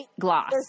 gloss